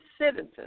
citizens